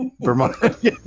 Vermont